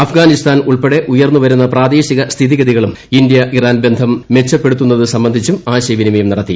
അഷ്ട്ഗാനിസ്ഥാൻ ഉൾപ്പെടെ ഉയർന്നു വരുന്ന പ്രാദേശിക സ്ഥിത്യിറ്റത്കളും ഇന്ത്യ ഇറാൻ ബന്ധം മെച്ചപ്പെടുത്തുന്നത് ആംബർഡിച്ചും ആശയവിനിമയം നടത്തി